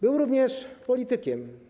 Był również politykiem.